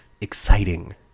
exciting